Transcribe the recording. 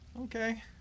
Okay